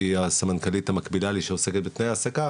שהיא הסמנכ"לית המקבילה לי שעוסקת בתנאי העסקה.